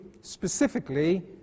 specifically